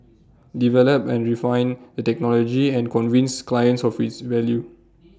develop and refine the technology and convince clients of its value